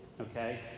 Okay